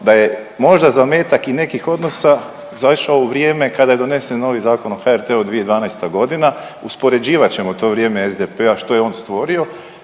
da je možda i zametak nekih odnosa zašao u vrijeme kada je donesen novi Zakon o HRT-u 2012.g. uspoređivat ćemo to vrijeme SDP-a što je on stvorio